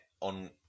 on